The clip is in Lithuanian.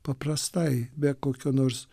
paprastai be kokio nors